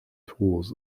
tours